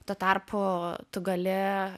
tuo tarpu tu gali